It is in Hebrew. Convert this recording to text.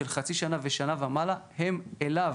של חצי שנה ושנה ומעלה הם אליו,